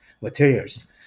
materials